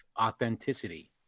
authenticity